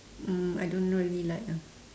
um I don't really like ah